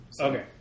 Okay